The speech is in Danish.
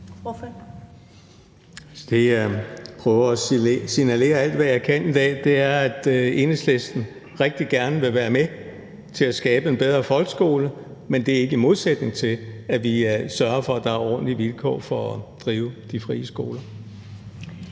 (EL): Det, jeg prøver at signalere alt, hvad jeg kan, i dag, er, at Enhedslisten rigtig gerne vil være med til at skabe en bedre folkeskole, men at det ikke er i modsætning til, at vi sørger for, at der er ordentlige vilkår for at drive de frie skoler.